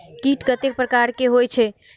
कीट कतेक प्रकार के होई छै?